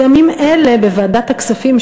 בימים אלה בוועדת הכספים,